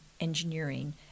engineering